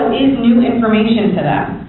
new information to them.